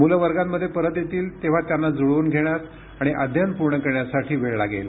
मुलं वर्गांमध्ये परत येतील तेव्हा त्यांना जुळवून घेण्यास आणि अध्ययन पूर्ण करण्यासाठी वेळ लागेल